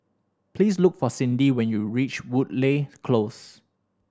please look for Cindi when you reach Woodleigh Close